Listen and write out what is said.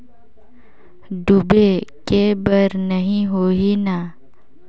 डूबे के बर नहीं होही न?